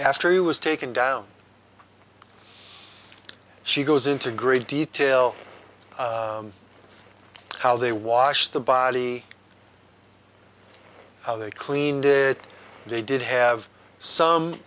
after he was taken down she goes into great detail how they wash the body how they cleaned it they did have